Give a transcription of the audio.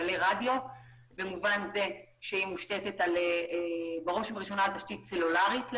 גלי רדיו מושתתת על תשתית סלולרית.